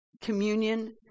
communion